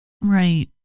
Right